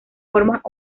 formas